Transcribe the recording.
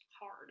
hard